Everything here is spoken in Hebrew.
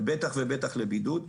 ובטח ובטח לבידוד,